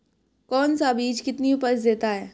कौन सा बीज कितनी उपज देता है?